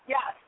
Yes